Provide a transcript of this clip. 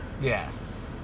yes